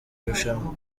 rushanwa